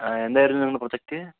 ആ എന്തായിരുന്നു നിങ്ങളുടെ പ്രോജക്ട്